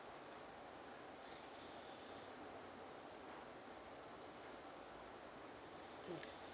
mm